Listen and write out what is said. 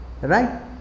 Right